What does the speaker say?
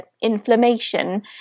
inflammation